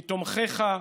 מתומכיך,